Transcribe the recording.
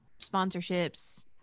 sponsorships